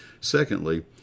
Secondly